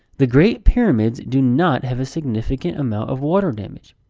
the great pyramids do not have a significant amount of water damage.